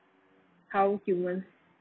how humans